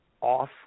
off